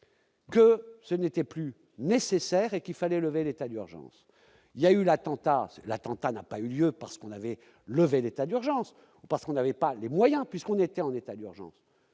que ce n'était plus nécessaire et qu'il fallait lever l'état d'urgence, il y a eu l'attentat, l'attentat n'a pas eu lieu parce qu'on avait levé l'état d'urgence parce qu'on n'avait pas les moyens puisqu'on était en état d'urgence